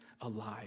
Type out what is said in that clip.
alive